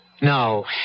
No